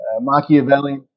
Machiavelli